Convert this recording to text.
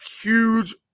huge